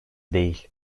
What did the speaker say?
değil